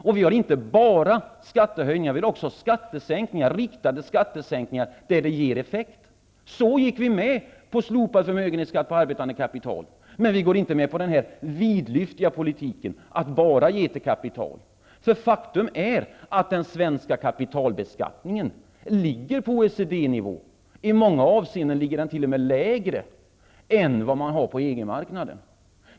Vi föreslår inte bara skattehöjningar utan också riktade skattesänkningar där det ger effekt. Så gick vi med på slopad förmögenhetsskatt på arbetande kapital. Men vi går inte med på denna vidlyftiga politik, att bara ge till kapitalet. Faktum är att den svenska kapitalbeskattningen ligger på OECD-nivå. I många avseenden ligger den t.o.m. lägre än på EG-marknaden.